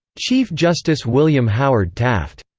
chief justice william howard taft.